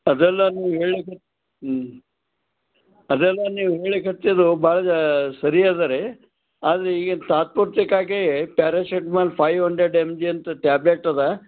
ಅದೆಲ್ಲ ನೀವು ಹೇಳಿದ್ ಹ್ಞೂ ಅದೆಲ್ಲ ನೀವು ಹೇಳ್ಲಿಕ್ಕೆ ಹಚ್ಚಿದ್ದು ಭಾಳ ಸರಿ ಅದ ರೀ ಆದರೆ ಈಗ ತಾತ್ಪೂರ್ತಿಕವಾಗಿ paracetamol five hundred M G ಅಂತ ಟ್ಯಾಬ್ಲೆಟ್ ಅದ